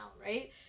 right